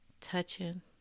touching